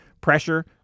pressure